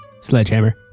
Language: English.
Sledgehammer